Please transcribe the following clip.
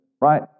Right